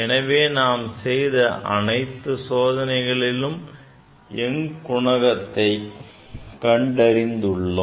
எனவே நாம் செய்த அனைத்து சோதனைகளிலும் young குணகத்தை கண்டறிந்துள்ளோம்